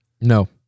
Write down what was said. No